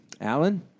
Alan